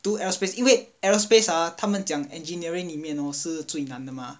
读 aerospace 因为 aerospace ah 他们讲 engineering 里面 hor 是最难的吗